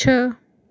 छः